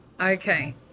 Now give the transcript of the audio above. Okay